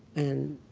and